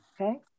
Okay